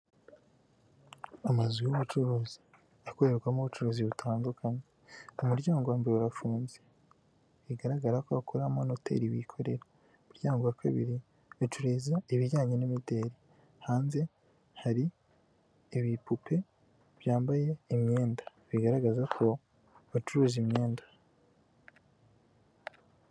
Amazu y'ubucuruzi akorerwamo ubucuruzi butandukanye, umuryango wa mbere urafunze bigaragara ko habakoramo noteri wikorera, umuryango wa kabiri bicururiza ibijyanye n'imideri, hanze hari ibipupe byambaye imyenda bigaragaza ko bacuruza imyenda.